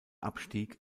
abstieg